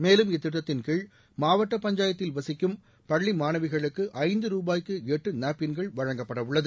மேலும் இத்திட்டத்தின்கீழ் மாவட்ட பஞ்ச்சாரய்த்தில் விச்சிக்கும் பள்ளி மாணவிகளுக்கும்ஐந்து ருபாய்க்கு எட்டு நேப்கிகள் வழங்கப்படவ ள்ளது